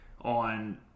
on